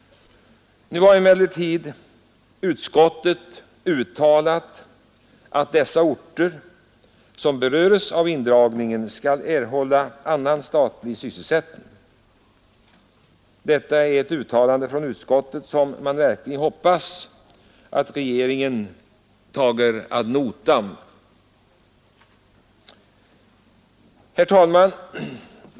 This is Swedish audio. Nu har emellertid utskottet uttalat att orter som berörs av indragningen skall erhålla annan statlig sysselsättning. Detta är ett uttalande från utskottet som man verkligen hoppas att regeringen tar ad notam. Fru talman!